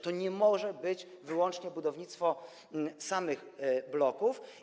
To nie może być wyłącznie budowanie samych bloków.